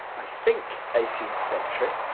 i think eighteenth century